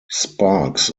sparks